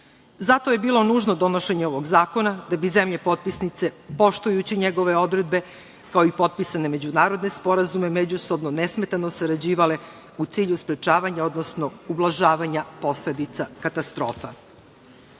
je bilo nužno donošenje ovog Zakona, da bi zemlje potpisnice poštujući njegove odredbe, kao i potpisane međunarodne sporazume međusobno nesmetano sarađivale u cilju sprečavanja, odnosno ublažavanja posledica katastrofa. Kada